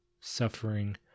suffering